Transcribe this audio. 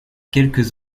quelques